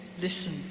listen